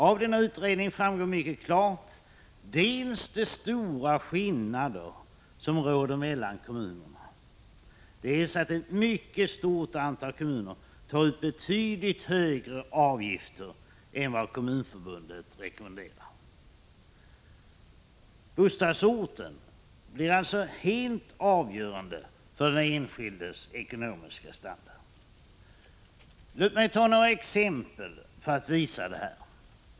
Av utredningen framgår mycket klart, dels de stora skillnader som råder mellan kommunerna, dels att ett mycket stort antal kommuner tar ut betydligt högre avgifter än vad Kommunförbundet rekommenderar. Bostadsorten blir alltså helt avgörande för den enskildes ekonomiska standard. Låt mig ta några exempel för att visa det här.